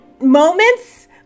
moments